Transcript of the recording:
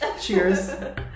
Cheers